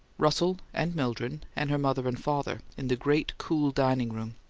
russell and mildred and her mother and father, in the great, cool dining-room.